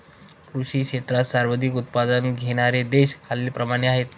कृषी क्षेत्रात सर्वाधिक उत्पादन घेणारे देश खालीलप्रमाणे आहेत